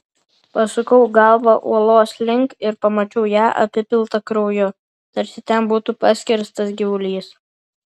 pasukau galvą uolos link ir pamačiau ją apipiltą krauju tarsi ten būtų paskerstas gyvulys